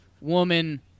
woman